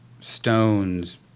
stones